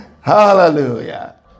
Hallelujah